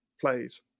plays